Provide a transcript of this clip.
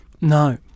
No